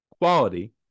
quality